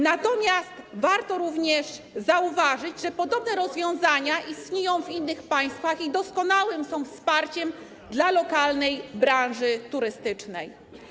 Natomiast warto również zauważyć, że podobne rozwiązania istnieją w innych państwach i są doskonałym wsparciem dla lokalnej branży turystycznej.